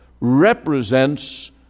represents